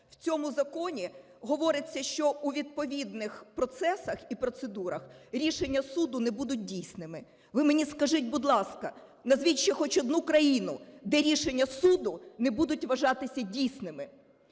В цьому законі говориться, що у відповідних процесах і процедурах рішення суду не будуть дійсними. Ви мені скажіть, будь ласка, назвіть ще хоч одну країну, де рішення суду не будуть вважатися дійсними.